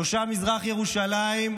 תושב מזרח ירושלים,